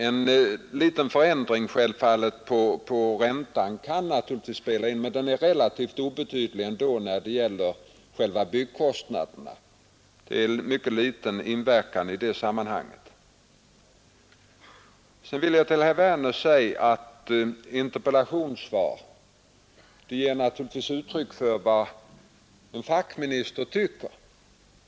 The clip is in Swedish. En liten förändring av räntan kan naturligtvis spela in även där, men det har en relativt obetydlig inverkan när det gäller den delen av byggkostnaderna. Sedan vill jag till herr Werner i Tyresö säga att interpellationssvar ger naturligtvis uttryck för vad en fackminister tycker.